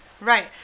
Right